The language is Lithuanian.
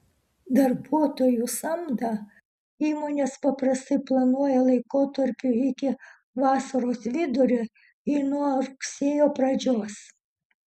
darbuotojų samdą įmonės paprastai planuoja laikotarpiui iki vasaros vidurio ir nuo rugsėjo pradžios